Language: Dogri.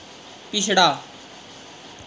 पिछड़ा